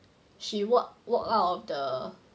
she walked walked out of the